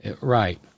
Right